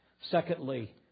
Secondly